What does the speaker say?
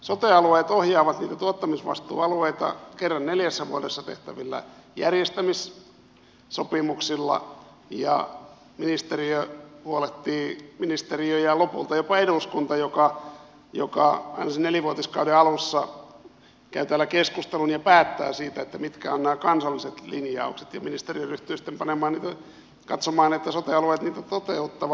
sote alueet ohjaavat niitä tuottamisvastuualueita kerran neljässä vuodessa tehtävillä järjestämissopimuksilla ja ministeriö huolehtii ministeriö ja lopulta jopa eduskunta joka aina nelivuotiskauden alussa käy täällä keskustelun ja päättää siitä mitkä ovat nämä kansalliset linjaukset ja ministeriö ryhtyy sitten katsomaan että sote alueet niitä toteuttavat